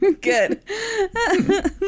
Good